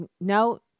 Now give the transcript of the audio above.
no